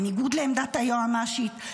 בניגוד לעמדת היועמ"שית,